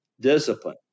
discipline